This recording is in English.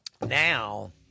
now